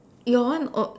your one on~